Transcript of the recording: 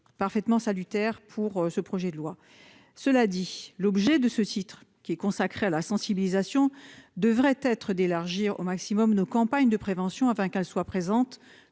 Parfaitement salutaire pour ce projet de loi. Cela dit l'objet de ce titre qui est consacré à la sensibilisation devrait être d'élargir au maximum nos campagnes de prévention afin qu'elle soit présente